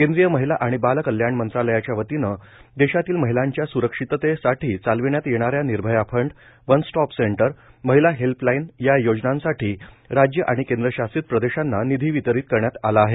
केंद्रीय महिला आणि बाल कल्याण मंत्रालयाच्यावतीनं देशातील महिलांच्या सुरक्षिततेसाठी चालविण्यात येणा या निर्भयाफंड वनस्टॉप सेंटर महिला हेल्पलाईन या योजनांसाठी राज्य आणि केंद्रशासीत प्रदेशांना निधी वितरीत करण्यात आला आहे